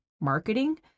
marketing